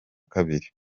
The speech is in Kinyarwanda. kabiri